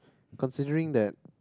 considering that